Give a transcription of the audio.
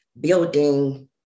building